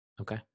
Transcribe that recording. Okay